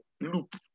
Loop